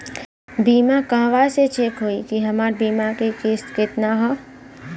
बीमा कहवा से चेक होयी की हमार बीमा के किस्त केतना ह?